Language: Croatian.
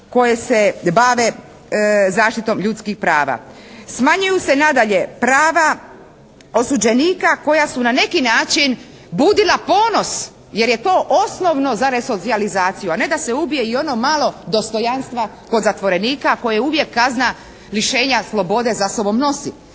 koje se bave zaštitom ljudskih prava. Smanjuju se nadalje prava osuđenika koja su na neki način budila ponos jer je to osnovno za resocijalizaciju, a ne da se ubije i ono malo dostojanstva kod zatvorenika koje uvijek kazna lišenja slobode za sobom nosi.